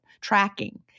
tracking